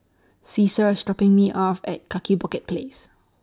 Caesar IS dropping Me off At Kaki Bukit Place